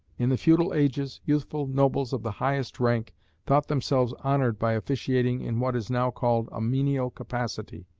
in the feudal ages, youthful nobles of the highest rank thought themselves honoured by officiating in what is now called a menial capacity,